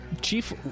Chief